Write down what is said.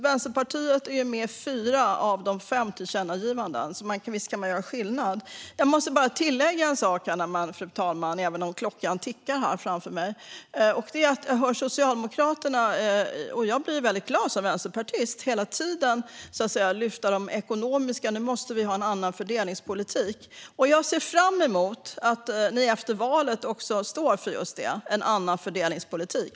Vänsterpartiet är med i fyra av de fem tillkännagivandena, så visst kan man göra skillnad. Jag måste bara tillägga en sak, fru talman, även om klockan tickar framför mig. Jag hör hela tiden Socialdemokraterna lyfta fram det ekonomiska och att vi måste ha en annan fördelningspolitik, vilket gör mig som vänsterpartist väldigt glad. Jag ser fram emot att ni i Socialdemokraterna efter valet också står för just en annan fördelningspolitik.